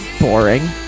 Boring